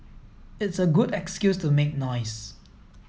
it's a good excuse to make noise